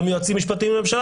גם יועצים משפטיים לממשלה,